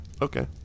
Okay